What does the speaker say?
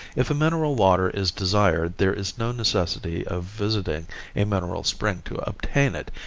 if a mineral water is desired there is no necessity of visiting a mineral spring to obtain it,